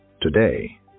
Today